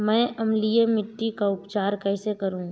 मैं अम्लीय मिट्टी का उपचार कैसे करूं?